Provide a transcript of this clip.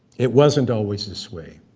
it wasn't always this way.